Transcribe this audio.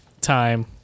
time